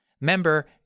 member